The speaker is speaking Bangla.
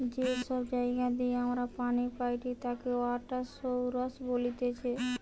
যে সব জায়গা দিয়ে আমরা পানি পাইটি তাকে ওয়াটার সৌরস বলতিছে